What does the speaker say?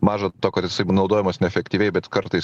maža to kad jis jeigu naudojamas neefektyviai bet kartais